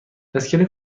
اسکله